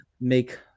make